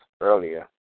earlier